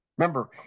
Remember